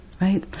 right